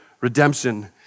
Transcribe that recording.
redemption